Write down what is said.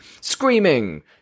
screaming